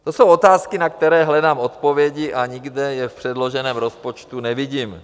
To jsou otázky, na které hledám odpovědi a nikde je v předloženém rozpočtu nevidím.